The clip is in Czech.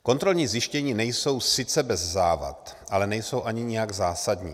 Kontrolní zjištění nejsou sice bez závad, ale nejsou ani nijak zásadní.